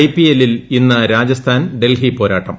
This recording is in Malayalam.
ഐ പി എല്ലിൽ ഇന്ന് രാജസ്ഥാൻ ഡൽഹി പോരാട്ടം